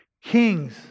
Kings